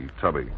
Tubby